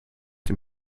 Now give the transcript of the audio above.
dem